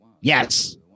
Yes